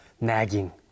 nagging